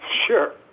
Sure